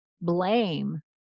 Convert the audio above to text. blame